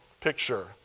picture